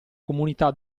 comunità